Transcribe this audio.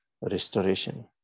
restoration